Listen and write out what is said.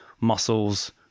muscles